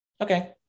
okay